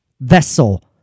vessel